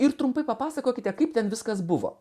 ir trumpai papasakokite kaip ten viskas buvo